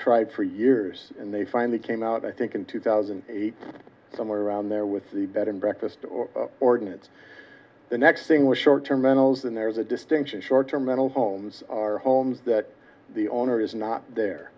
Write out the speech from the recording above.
tried for years and they finally came out i think in two thousand and eight somewhere around there with the bed and breakfast or ordinance the next thing was short terminals and there's a distinction short term mental homes are homes that the owner is not there